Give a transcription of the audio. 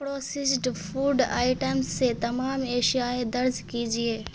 processed food item سے تمام اشیائیں درج کیجیے